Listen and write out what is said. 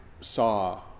saw